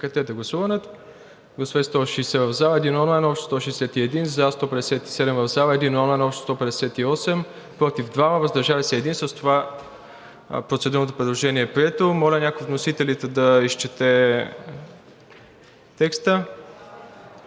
това процедурното предложение е прието. Моля, някой от вносителите да изчете текста.